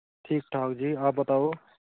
ठीक ठाक जी आप बताओ